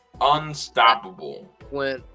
unstoppable